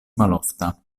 malofta